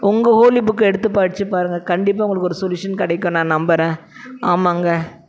உங்கள் ஹோலி புக்கை எடுத்து படித்து பாருங்க கண்டிப்பாக உங்களுக்கு ஒரு சொல்யூஷன் கிடைக்கும் நான் நம்புகிறேன் ஆமாங்க